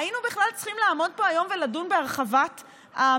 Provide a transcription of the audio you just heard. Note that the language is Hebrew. היינו בכלל צריכים לעמוד פה היום ולדון בהרחבת הממשלה,